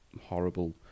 horrible